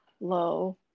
low